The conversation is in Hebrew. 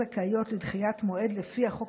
שינויים לגבי התקופה הנוספת על מנת שהחוק